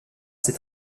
ses